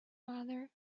father